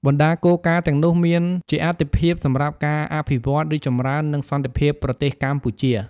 បណ្តាគោលការណ៍ទាំងនោះមានជាអាទិភាព សម្រាប់ការអភិវឌ្ឍ រីកចម្រើននិងសន្តិភាពប្រទេសកម្ពុជា។